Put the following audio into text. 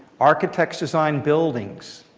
architects design buildings.